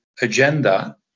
agenda